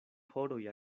horoj